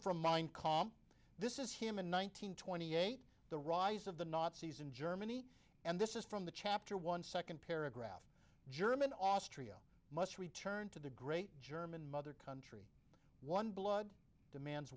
from mine com this is him in one nine hundred twenty eight the rise of the nazis in germany and this is from the chapter one second paragraph german austria must return to the great german mother country one blood demands